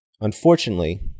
unfortunately